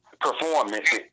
performance